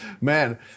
man